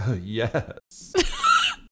yes